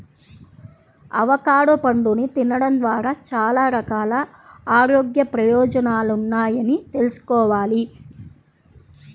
avocado పండుని తినడం ద్వారా చాలా రకాల ఆరోగ్య ప్రయోజనాలున్నాయని తెల్సుకోవాలి